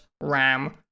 ram